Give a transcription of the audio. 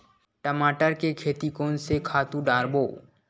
टमाटर के खेती कोन से खातु डारबो?